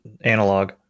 analog